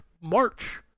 March